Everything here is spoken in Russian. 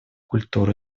культур